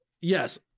yes